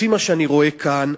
לפי מה שאני רואה כאן,